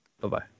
Bye-bye